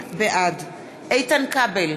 בעד איתן כבל,